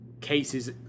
cases